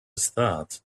start